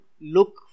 look